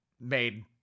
made